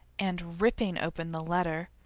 and ripping open the letter,